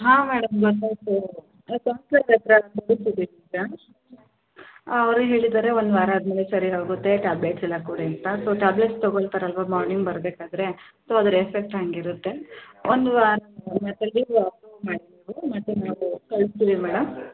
ಹಾಂ ಮೇಡಮ್ ಗೊತಾಯಿತು ಅವರೆ ಹೇಳಿದ್ದಾರೆ ಒಂದು ವಾರ ಆದಮೇಲೆ ಸರಿ ಆಗುತ್ತೆ ಟ್ಯಾಬ್ಲೆಟ್ಸ್ ಎಲ್ಲ ಕೊಡಿ ಅಂತ ಸೊ ಟ್ಯಾಬ್ಲೆಟ್ಸ್ ತಗೋಳ್ತಾರಲ್ವ ಮಾರ್ನಿಂಗ್ ಬರಬೇಕಾದ್ರೆ ಸೊ ಅದ್ರ ಎಫೆಕ್ಟ್ ಹಂಗಿರುತ್ತೆ ಒಂದು ವಾರ ಕಳಿಸ್ತೀವಿ ಮೇಡಮ್